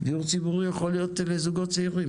דיור ציבורי יכול להיות לזוגות צעירים.